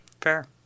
fair